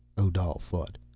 odal thought.